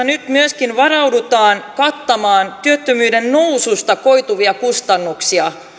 nyt myöskin varaudutaan kattamaan työttömyyden noususta koituvia kustannuksia